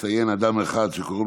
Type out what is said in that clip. הצעת החוק.